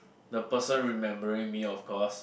the person remembering me of course